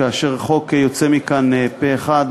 כאשר חוק יוצא מכאן פה-אחד,